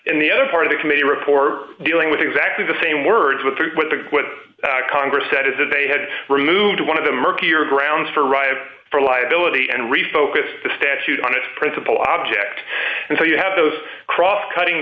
in the other part of the committee report dealing with exactly the same words with what the congress said is that they had removed one of the murkier grounds for arrive for liability and refocused the statute on its principle object and so you have those cross cutting